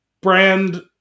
brand